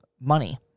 money